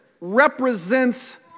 represents